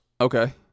Okay